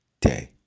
day